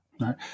right